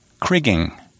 Krigging